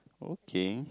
okay